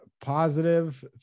positive